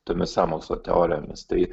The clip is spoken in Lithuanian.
tomis sąmokslo teorijomis tai